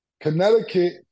Connecticut